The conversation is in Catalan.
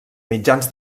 mitjans